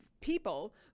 people